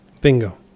bingo